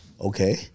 Okay